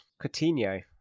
Coutinho